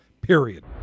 period